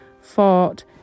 fought